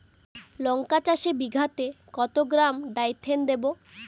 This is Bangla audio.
লঙ্কা চাষে বিঘাতে কত গ্রাম ডাইথেন দেবো?